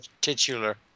Titular